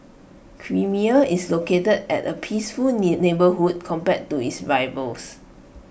creamier is located at A peaceful neighbourhood compared to its rivals